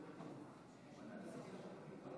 בעד 53, נגד,